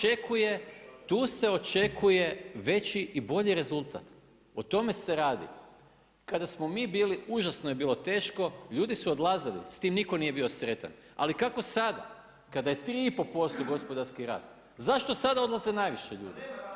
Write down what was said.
Tu se očekuje veći i bolji rezultat, o tome se radi. kada smo bili, užasno je bilo teško, ljudi su odlazili, s tim nitko nije bio sretan, ali kako sada kada je 3,5 gospodarski rast, zašto sada odlaze najviše ljudi?